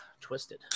Twisted